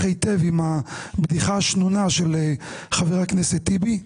היטב עם הבדיחה השנונה של חבר הכנסת טיבי.